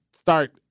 Start